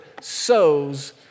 sows